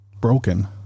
broken